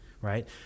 right